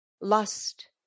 Lust